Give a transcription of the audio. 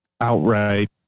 outright